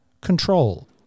Control